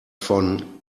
von